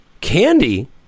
Candy